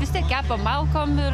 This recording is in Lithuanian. vis tiek kepam malkom ir